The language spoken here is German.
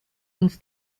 uns